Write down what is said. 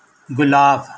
ਗੁਲਾਬ